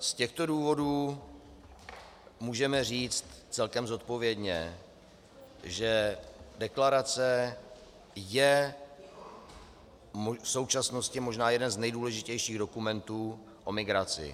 Z těchto důvodů můžeme říct celkem zodpovědně, že deklarace je v současnosti možná jeden z nejdůležitějších dokumentů o migraci.